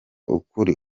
ukuri